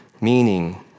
Meaning